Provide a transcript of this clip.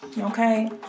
Okay